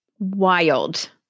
wild